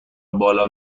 بالا